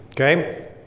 okay